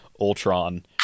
Ultron